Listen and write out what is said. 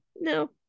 No